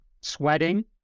Sweating